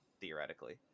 theoretically